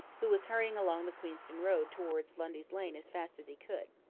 who was hurrying along the queenston road towards lundy's lane as fast as he could.